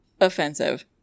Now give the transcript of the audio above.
offensive